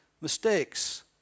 mistakes